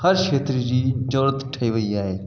हर खेत्र जी ज़रूरत ठही वेई आहे